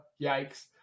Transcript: Yikes